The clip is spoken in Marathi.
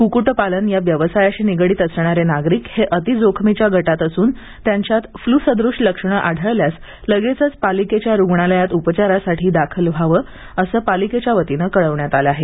क्क्टपालन या व्यवसायाशी निगडित असणारे नागरिक हे अतिजोखमीच्या गटात असून जर त्यांच्यात फ्ल्यू सदृश कुठली लक्षणं आढळल्यास लगेचच पालिकेच्या रुग्णालयात उपचारासाठी दाखल व्हावं असं पालिकेच्या वतीने कळविण्यात आलं आहे